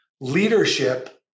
leadership